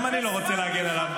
גם אני לא רוצה להגן עליו.